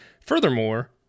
Furthermore